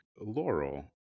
laurel